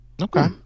Okay